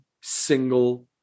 single